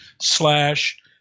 slash